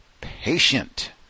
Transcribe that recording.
patient